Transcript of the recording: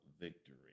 victory